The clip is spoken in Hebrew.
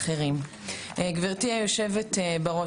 גברתי היושבת-ראש,